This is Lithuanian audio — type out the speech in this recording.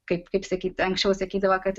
kaip kaip sakyt anksčiau sakydavo kad